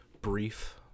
brief